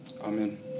Amen